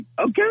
okay